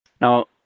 now